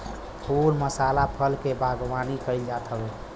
फूल मसाला फल के बागवानी कईल जात हवे